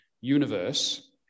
universe